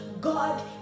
God